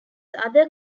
other